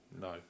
No